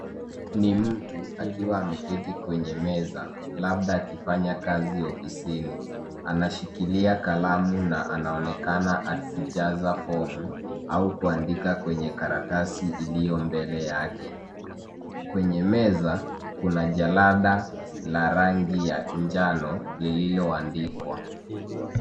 Ni mtu akiwa ameketi kwenye meza, labda akifanya kazi ofisini. Anashikilia kalamu na anaonekana akijaza fomu au kuandika kwenye karatasi iliyo mbele yake. Kwenye meza, kuna jalada la rangi ya njano lililoandikwa.